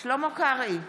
שלמה קרעי,